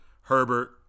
Herbert